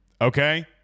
okay